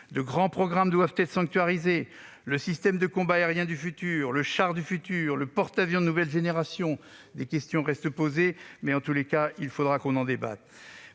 De grands programmes doivent être sanctuarisés : le système de combat aérien du futur, le char du futur, le porte-avions de nouvelle génération. Des questions restent en suspens et nous devrons en débattre.